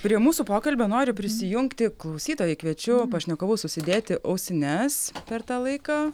prie mūsų pokalbio nori prisijungti klausytojai kviečiu pašnekovus užsidėti ausines per tą laiką